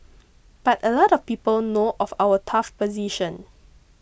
but a lot of people know of our tough position